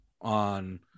on